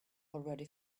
already